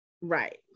right